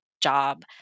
job